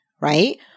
right